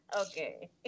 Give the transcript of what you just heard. Okay